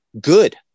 good